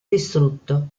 distrutto